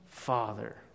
father